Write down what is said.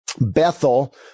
Bethel